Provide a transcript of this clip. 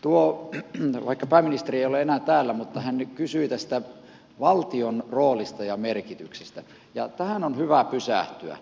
pääministeri ei ole enää täällä mutta hän kysyi valtion roolista ja merkityksestä ja tähän on hyvä pysähtyä